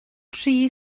tri